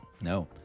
No